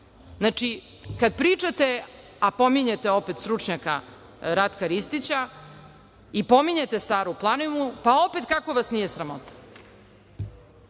zakona. Znači, kada pričate, a pominjete opet stručnjaka Ratka Ristića i pominjete Staru planinu, pa opet kako vas nije sramota?